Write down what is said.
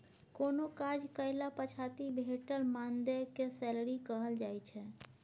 कोनो काज कएला पछाति भेटल मानदेय केँ सैलरी कहल जाइ छै